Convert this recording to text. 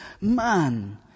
man